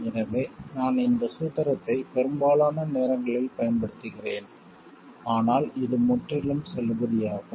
எனவே நான் இந்த சூத்திரத்தை பெரும்பாலான நேரங்களில் பயன்படுத்துகிறேன் ஆனால் இது முற்றிலும் செல்லுபடியாகும்